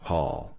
Hall